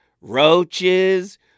roaches